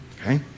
Okay